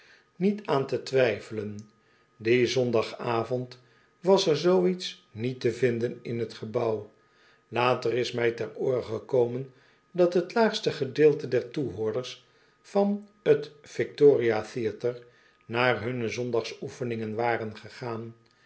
niet aan te twijfelen dien zondagavond was er zoo iets niet te vinden in t gebouw later is mij ter oore gekomen dat t laagste gedeelte der toehoorders van t victoria f heatre naar hunne zondagsoefeningen waren gegaan